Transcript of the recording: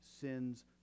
sins